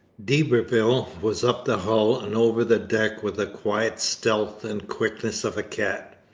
d'iberville was up the hull and over the deck with the quiet stealth and quickness of a cat.